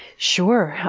sure.